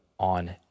on